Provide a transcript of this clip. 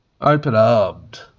open-armed